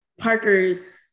parker's